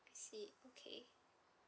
I see okay